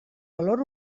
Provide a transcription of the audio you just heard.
valor